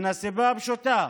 מסיבה פשוטה: